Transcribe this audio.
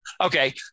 Okay